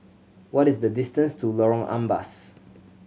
what is the distance to Lorong Ampas